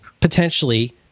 potentially